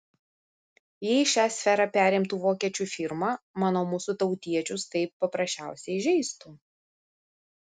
jei šią sferą perimtų vokiečių firma manau mūsų tautiečius tai paprasčiausiai įžeistų